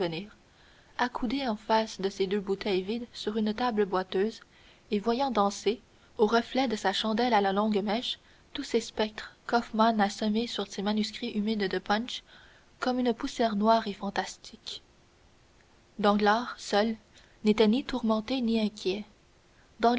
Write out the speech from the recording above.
accoudé en face de ses deux bouteilles vides sur une table boiteuse et voyant danser au reflet de sa chandelle à la longue mèche tous ces spectres qu'hoffmann a semés sur ses manuscrits humides de punch comme une poussière noire et fantastique danglars seul n'était ni tourmenté ni inquiet